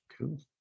cool